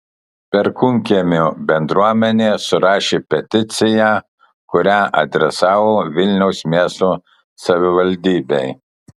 perkūnkiemio bendruomenė surašė peticiją kurią adresavo vilniaus miesto savivaldybei